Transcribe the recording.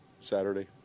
Saturday